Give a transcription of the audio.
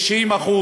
90%,